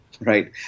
right